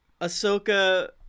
Ahsoka